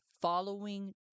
following